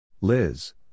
Liz